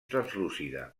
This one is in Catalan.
translúcida